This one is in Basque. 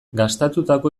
gastatutako